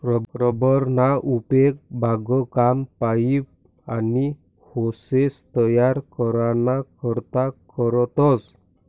rubber ना उपेग बागकाम, पाइप, आनी होसेस तयार कराना करता करतस